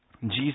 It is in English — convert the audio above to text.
Jesus